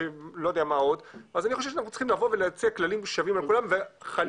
אז אני חושב שאנחנו צריכים להציע כללים שווים לכולם וחלילה,